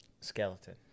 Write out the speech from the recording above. Skeleton